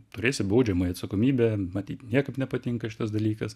turėsi baudžiamąją atsakomybę matyt niekaip nepatinka šitas dalykas